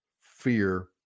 fear